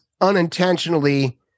unintentionally